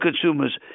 consumers